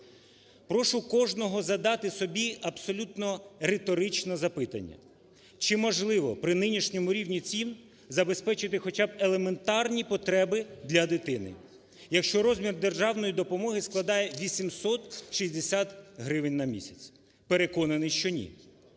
Прошу кожного задати собі абсолютно риторичне запитання: чи можливо при нинішньому рівні цін забезпечити хоча б елементарні потреби для дитини, якщо розмір державної допомоги складає 860 гривень на місяць? Переконаний, що ні.